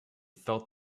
felt